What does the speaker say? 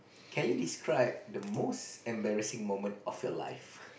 can you describe the most embarrassing moment of your life